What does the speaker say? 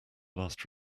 last